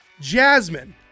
Jasmine